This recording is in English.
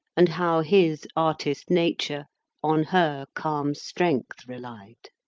and how his artist-nature on her calm strength relied.